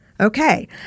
okay